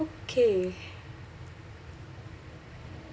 okay